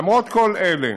למרות כל אלה,